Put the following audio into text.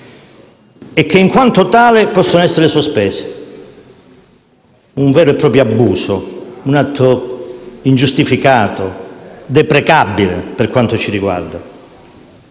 e, in quanto tale, possa essere sospesa: un vero e proprio abuso, un atto ingiustificato, deprecabile per quanto ci riguarda.